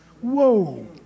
Whoa